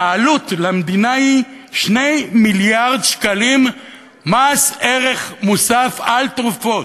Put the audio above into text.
שהעלות למדינה היא 2 מיליארד שקלים מס ערך מוסף על תרופות.